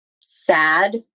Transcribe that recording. sad